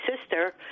sister